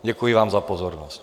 Děkuji vám za pozornost.